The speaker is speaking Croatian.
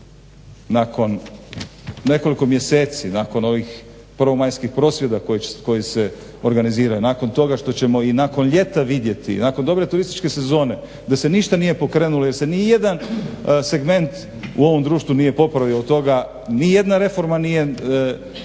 nakon nekoliko mjeseci nakon ovih prvomajskih prosvjeda koji se organizira, nakon toga što ćemo i nakon ljeta vidjeti, nakon dobre turističke sezone da se ništa nije pokrenulo jer se nijedan segment u ovom društvu nije popravio od toga, nijedna reforma nije